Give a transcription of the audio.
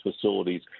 facilities